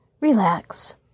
relax